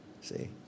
See